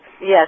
Yes